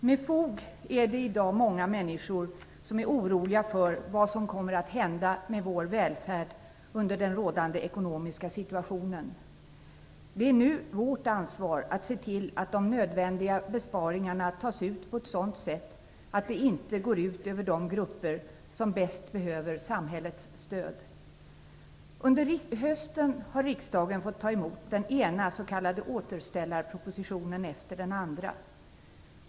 Herr talman! Många människor är i dag med fog oroliga för vad som kommer att hända med vår välfärd under den rådande ekonomiska situationen. Det är nu vårt ansvar att se till att de nödvändiga besparingarna tas ut på ett sådant sätt att det inte går ut över de grupper som bäst behöver samhällets stöd. Under hösten har riksdagen fått ta emot den ena s.k. återställarpropositionen efter den andra.